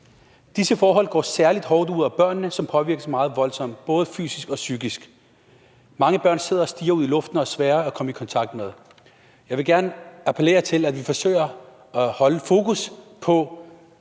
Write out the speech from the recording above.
Disse forhold går særlig hårdt ud over børnene, som påvirkes meget voldsomt, både fysisk og psykisk. Mange børn sidder og stirrer ud i luften og er svære at komme i kontakt med. Jeg vil gerne appellere til, at vi forsøger at holde fokus på